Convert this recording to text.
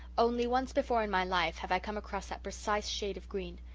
only once before in my life have i come across that precise shade of green.